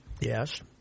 Yes